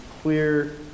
clear